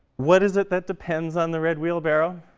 what is it that depends on the red wheelbarrow?